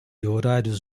horários